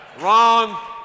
Wrong